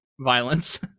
violence